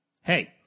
hey